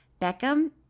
Beckham